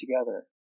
together